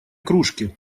кружки